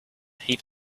heap